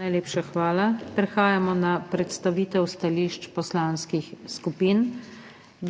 Najlepša hvala. Prehajamo na predstavitev stališč poslanskih skupin.